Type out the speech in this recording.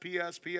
PS